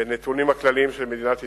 בנתונים הכלליים של מדינת ישראל.